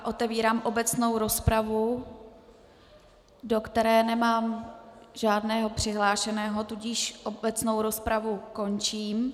Otevírám obecnou rozpravu, do které nemám žádného přihlášeného, tudíž obecnou rozpravu končím.